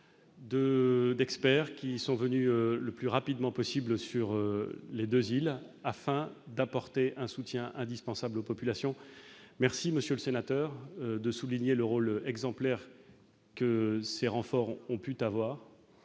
d'experts, qui sont venus le plus rapidement possible sur les deux îles afin d'apporter un soutien indispensable aux populations. Je vous remercie, monsieur le sénateur, de souligner le rôle exemplaire que ces renforts ont pu avoir.